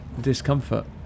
discomfort